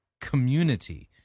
community